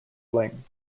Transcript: fling